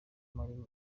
kumara